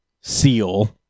seal